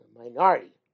minority